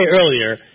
earlier